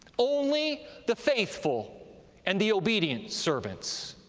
only the faithful and the obedient servants,